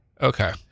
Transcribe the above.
Okay